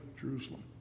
Jerusalem